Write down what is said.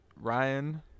Ryan